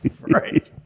Right